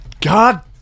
God